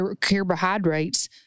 carbohydrates